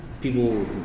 people